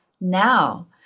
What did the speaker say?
now